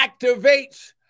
activates